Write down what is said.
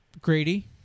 Grady